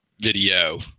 video